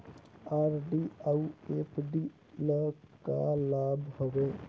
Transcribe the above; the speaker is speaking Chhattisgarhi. आर.डी अऊ एफ.डी ल का लाभ हवे?